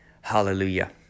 Hallelujah